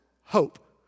hope